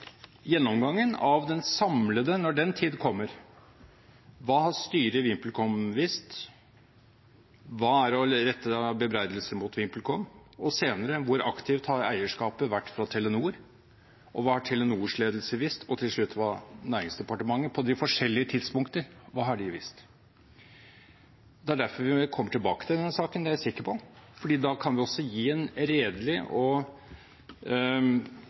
når den tid kommer: Hva har styret i VimpelCom visst? Hva er det å rette av bebreidelser mot VimpelCom? Og senere: Hvor aktivt har eierskapet vært fra Telenor? Hva har Telenors ledelse visst? Og til slutt: Hva har Næringsdepartementet, på de forskjellige tidspunkter, visst? Det er derfor vi kommer tilbake til denne saken – det er jeg sikker på – for da kan vi også gi en redelig og